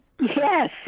Yes